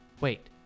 wait